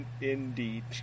indeed